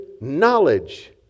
knowledge